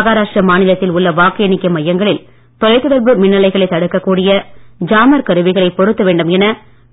மகாராஷ்டிர மாநிலத்தில் உள்ள வாக்கு எண்ணிக்கை மையங்களில் தொலைதொடர்பு மின்னலைகளை தடுக்கக் கூடிய ஜாமர் கருவிகளை பொருத்த வேண்டும் என